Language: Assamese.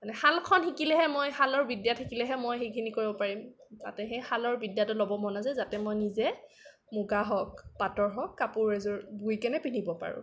মানে শালখন শিকিলেহে মই শালৰ বিদ্যা থাকিলেহে মই সেইখিনি কৰিব পাৰিম তাতে সেই শালৰ বিদ্যাটো ল'ব মন আছে যাতে মই নিজে মূগা হওক পাটৰ হওক কাপোৰ এযোৰ বৈকেনে পিন্ধিব পাৰোঁ